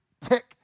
tick